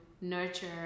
nurture